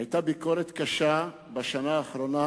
היתה ביקורת קשה בשנה האחרונה.